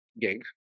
gig